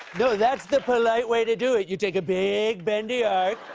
no, that's the polite way to do it. you take a big bendy arc.